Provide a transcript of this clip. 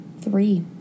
Three